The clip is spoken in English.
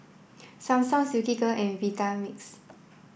Samsung Silkygirl and Vitamix